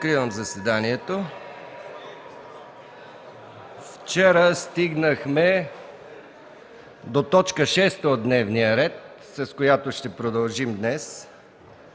Вчера стигнахме до точка шеста от дневния ред, с която ще продължим днес.